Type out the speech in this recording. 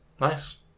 Nice